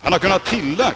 Han hade kunnat tillägga